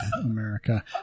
America